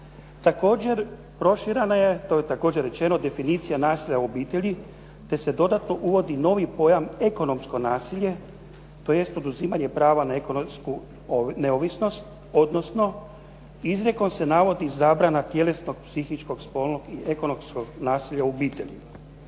također rečeno, definicija nasilja u obitelji, te se dodatno uvodi novi pojam ekonomsko nasilje, tj. oduzimanje prava na ekonomsku neovisnost, odnosno izrijekom se navodi zabrana tjelesnog, psihičkog, spolnog i ekonomskog nasilja u obitelji.